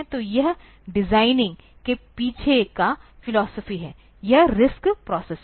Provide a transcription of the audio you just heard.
तो यह डिजाइनिंग के पीछे का फिलॉसफी है यह RISC प्रोसेसर